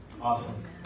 awesome